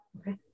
Okay